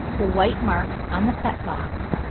the white marks on the fetlocks,